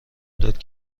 داد